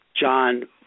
John